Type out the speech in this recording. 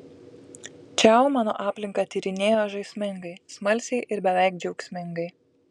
čiau mano aplinką tyrinėjo žaismingai smalsiai ir beveik džiaugsmingai